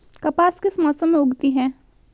कपास किस मौसम में उगती है?